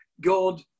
God